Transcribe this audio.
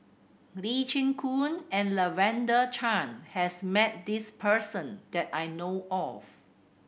Lee Chin Koon and Lavender Chang has met this person that I know of